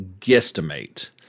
guesstimate